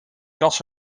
kast